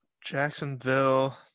Jacksonville